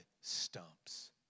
stumps